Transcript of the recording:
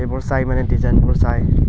এইবোৰ চাই মানে ডিজাইনবোৰ চাই